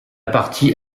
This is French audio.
partie